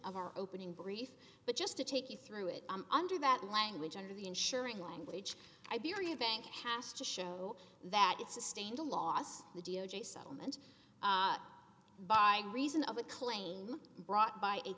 of our opening brief but just to take you through it under that language under the ensuring language iberia bank has to show that it sustained a loss the d o j settlement by reason of a claim brought by a